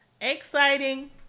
Exciting